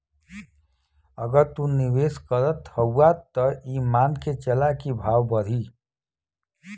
अगर तू निवेस करत हउआ त ई मान के चला की भाव बढ़ी